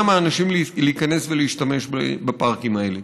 מאנשים להיכנס ולהשתמש בפארקים האלה.